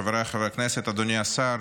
חבריי חברי הכנסת, אדוני השר,